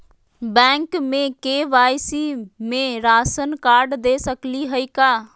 Bank में KYC में ration card दे सकली हई का?